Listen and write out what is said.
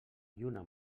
lluna